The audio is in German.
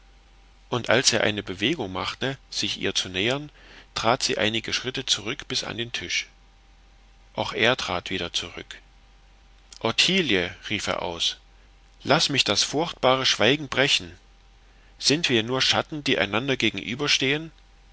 und als er eine bewegung machte sich ihr zu nähern trat sie einige schritte zurück bis an den tisch auch er trat wieder zurück ottilie rief er aus laß mich das furchtbare schweigen brechen sind wir nur schatten die einander gegenüberstehen